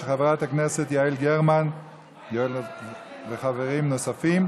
של חברת הכנסת יעל גרמן וחברים נוספים.